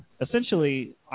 Essentially